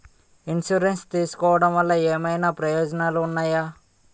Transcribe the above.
Insurance తీసుకోవటం వల్ల ఏమైనా ప్రయోజనాలు ఉన్నాయా?